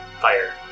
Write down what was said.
Fire